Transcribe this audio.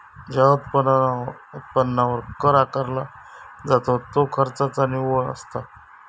ज्या उत्पन्नावर कर आकारला जाता त्यो खर्चाचा निव्वळ असता